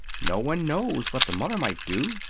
no one knows what the mother might do.